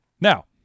Now